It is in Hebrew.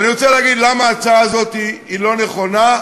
ואני רוצה להגיד למה ההצעה הזאת אינה נכונה,